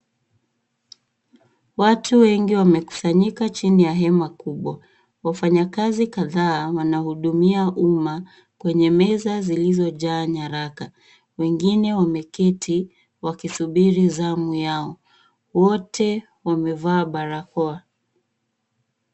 Watu wengi wamekuisanyika chini ya hema kubwa. Wafanyakazi kadhaa wanahudumia umma, kwenye meza zilizojaa nyaraka, wengine wameketi wakisubiri zamu yao. Wote wamevaa barakoa.